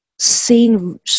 seen